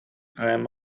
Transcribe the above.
i’m